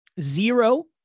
zero